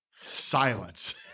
silence